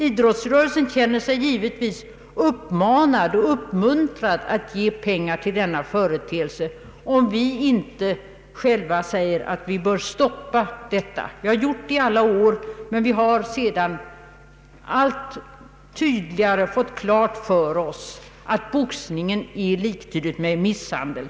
Idrottsrörelsen känner sig givetvis uppmanad och uppmuntrad att ge pengar till denna företeelse, om vi själva här i riksdagen inte säger att vi bör stoppa den. Vi har inte gjort det tidigare, men vi har allt tydligare fått klart för oss att boxning är liktydigt med misshandel.